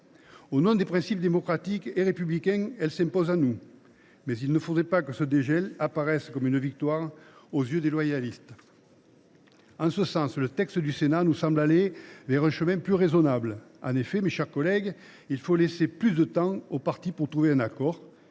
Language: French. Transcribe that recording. Au nom des principes démocratiques et républicains, ce dégel s’impose à nous, mais il ne faudrait pas qu’il apparaisse comme une victoire aux yeux des loyalistes. En ce sens, le texte du Sénat nous semble aller vers un chemin plus raisonnable. En effet, mes chers collègues, il faut laisser plus de temps aux parties de trouver un accord.